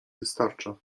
wystarcza